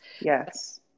yes